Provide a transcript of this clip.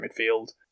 midfield